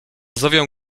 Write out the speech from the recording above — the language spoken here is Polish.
zowią